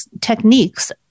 techniques